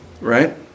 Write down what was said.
right